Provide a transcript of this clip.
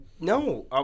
No